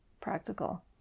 practical